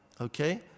okay